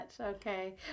okay